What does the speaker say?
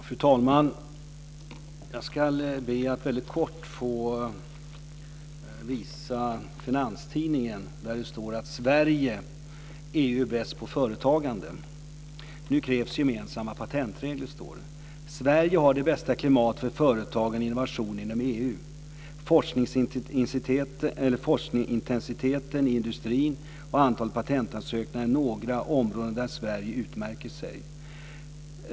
Fru talman! Jag ska be att få visa Finanstidningen. Där står att Sverige är bäst i EU på företagande. Nu krävs gemensamma patentregler. Sverige har det bästa klimatet för företagande och innovation inom EU. Forskningsintensiteten i industrin och antalet patentansökningar är några områden där Sverige utmärker sig.